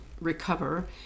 recover